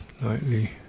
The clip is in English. lightly